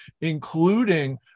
including